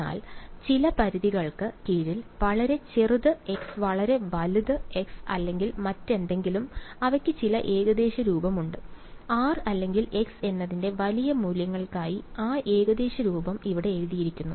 എന്നാൽ ചില പരിധികൾക്ക് കീഴിൽ വളരെ ചെറുത് x വളരെ വലുത് x അല്ലെങ്കിൽ മറ്റെന്തെങ്കിലും അവയ്ക്ക് ചില ഏകദേശ രൂപമുണ്ട് r അല്ലെങ്കിൽ x എന്നതിന്റെ വലിയ മൂല്യങ്ങൾക്കായി ആ ഏകദേശ രൂപം ഇവിടെ എഴുതിയിരിക്കുന്നു